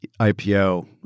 IPO